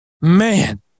man